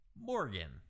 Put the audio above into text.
Morgan